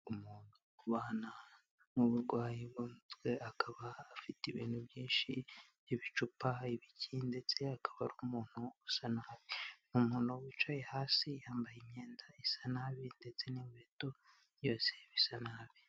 Umuntu kubana n'uburwayi bwo mutwe akaba afite ibintu byinshi by'ibicupa, biki ndetse akaba ari n'umuntu usa nabi. Umuntu wicaye hasi yambaye imyenda isa nabi ndetse n'inkweto byose bisa nabi.